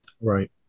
right